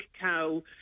cow